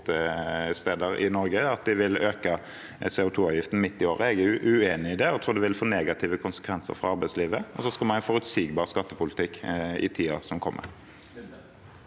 eksportsteder i Norge, og når de vil øke CO2-avgiften midt i året, er jeg uenig. Jeg tror det vil få negative konsekvenser for arbeidslivet. Så skal vi ha en forutsigbar skattepolitikk i tiden som kommer.